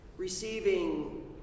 receiving